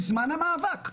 בזמן המאבק.